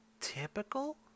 typical